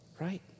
right